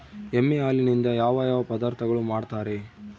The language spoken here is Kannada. ಎಮ್ಮೆ ಹಾಲಿನಿಂದ ಯಾವ ಯಾವ ಪದಾರ್ಥಗಳು ಮಾಡ್ತಾರೆ?